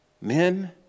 Men